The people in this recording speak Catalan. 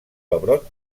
pebrot